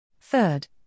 Third